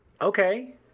okay